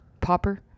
Popper